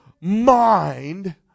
mind